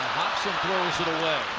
and throws it away.